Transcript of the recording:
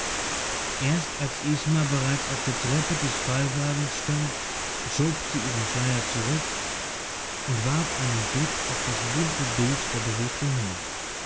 erst als isma bereits auf der treppe des fallwagens stand schob sie ihren schleier zurück und warf einen blick auf das bunte bild der bewegten menge